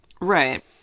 right